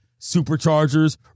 Superchargers